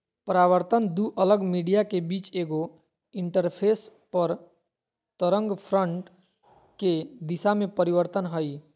परावर्तन दू अलग मीडिया के बीच एगो इंटरफेस पर तरंगफ्रंट के दिशा में परिवर्तन हइ